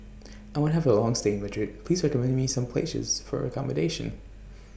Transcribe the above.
I want to Have A Long stay in Madrid Please recommend Me Some Places For accommodation